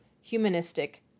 humanistic